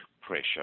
pressure